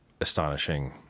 astonishing